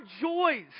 joys